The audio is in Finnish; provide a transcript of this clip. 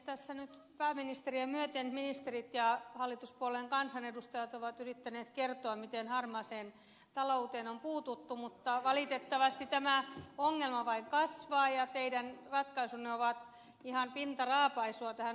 tässä nyt pääministeriä myöten ministerit ja hallituspuolueiden kansanedustajat ovat yrittäneet kertoa miten harmaaseen talouteen on puututtu mutta valitettavasti tämä ongelma vain kasvaa ja teidän ratkaisunne ovat ihan pintaraapaisua tähän ongelmavyyhteen